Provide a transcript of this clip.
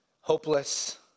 hopeless